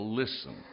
listen